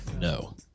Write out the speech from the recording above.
No